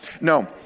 No